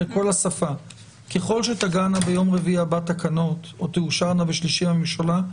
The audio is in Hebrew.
ככל שתגענה ביום רביעי הבא תקנות או תאושרנה בשלישי בממשלה,